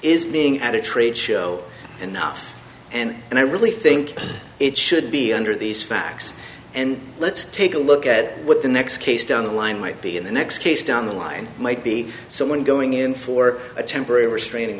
is being at a trade show enough and and i really think it should be under these facts and let's take a look at what the next case down the line might be in the next case down the line might be someone going in for a temporary restraining